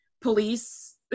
police